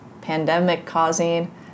pandemic-causing